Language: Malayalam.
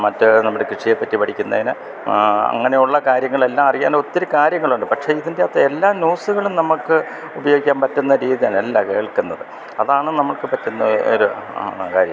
മറ്റ് നമ്മുടെ കൃഷിയെ പറ്റി പഠിക്കുന്നതിന് അങ്ങനെയുള്ള കാര്യങ്ങൾ എല്ലാം അറിയാൻ ഒത്തിരി കാര്യങ്ങളുണ്ട് പക്ഷേ ഇതിൻറ്റാത്തെല്ലാ ന്യൂസ്കളും നമുക്ക് ഉപയോഗിക്കാൻ പറ്റുന്ന രീതീലല്ല കേൾക്കുന്നത് അതാണ് നമുക്ക് പറ്റുന്നത് ഒരു ആ കാര്യം